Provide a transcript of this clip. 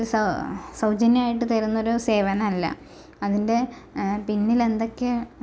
സാ സൗജന്യമായിട്ട് തരുന്നൊരു സേവനല്ല അതിൻ്റെ പിന്നിൽ എന്തൊക്കെ